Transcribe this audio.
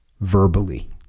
verbally